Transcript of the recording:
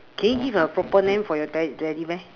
can you give a proper name for your ted~ teddy bear